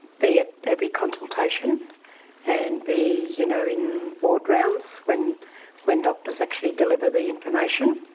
be at every consultation and be you know in ward rounds when when doctors actually deliver the information.